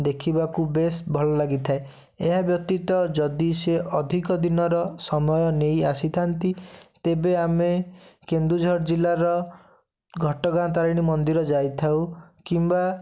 ଦେଖିବାକୁ ବେଶ୍ ଭଲ ଲାଗିଥାଏ ଏହା ବ୍ୟତୀତ ଯଦି ସେ ଅଧିକ ଦିନର ସମୟନେଇ ଆସିଥାନ୍ତି ତେବେ ଆମେ କେନ୍ଦୁଝର ଜିଲ୍ଲାର ଘଟଗାଁ ତାରିଣୀ ମନ୍ଦିର ଯାଇଥାଉ କିମ୍ବା